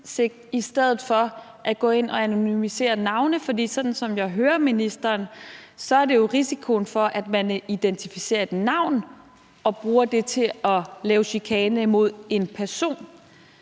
i stedet for at gå ind og anonymisere navne. For sådan som jeg hører ministeren, handler det jo om risikoen for, at man identificerer en person via et navn og bruger det til at lave chikane mod vedkommende.